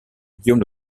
guillaume